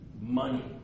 Money